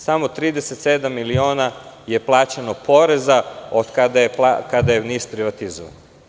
Samo 37 miliona je plaćeno poreza od kada je NIS privatizovan.